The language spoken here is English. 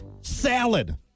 salad